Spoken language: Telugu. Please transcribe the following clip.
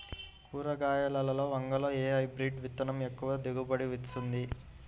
కూరగాయలలో వంగలో ఏ హైబ్రిడ్ విత్తనం ఎక్కువ దిగుబడిని ఇస్తుంది?